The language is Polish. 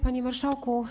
Panie Marszałku!